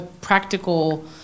practical